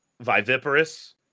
viviparous